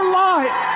life